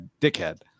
dickhead